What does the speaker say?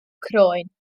croen